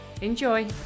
Enjoy